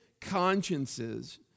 consciences